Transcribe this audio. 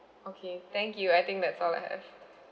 okay thank you I think that's all I have